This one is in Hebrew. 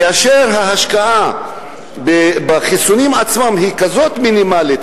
כאשר ההשקעה בחיסונים עצמם היא כזאת מינימלית,